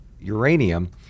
uranium